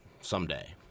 someday